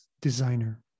designer